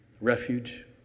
refuge